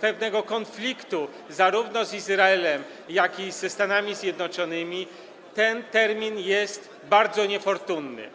pewnego konfliktu zarówno z Izraelem, jak i ze Stanami Zjednoczonymi - ten termin jest bardzo niefortunny.